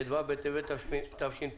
ט"ו בטבת תשפ"א.